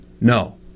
No